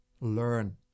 learn